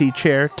chair